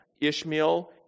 Ishmael